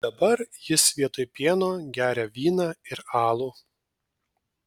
dabar jis vietoj pieno geria vyną ir alų